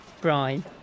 Brian